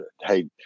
hey